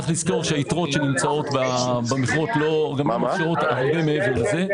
היתרות שנמצאות במכרות לא מאפשרות הרבה מעבר לזה.